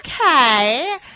Okay